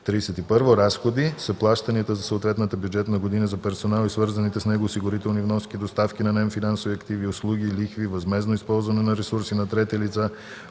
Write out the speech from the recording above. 31. „Разходи” са плащанията за съответната бюджетна година за: персонал и свързаните с него осигурителни вноски, доставки на нефинансови активи, услуги, лихви, възмездно използване на ресурси на трети лица,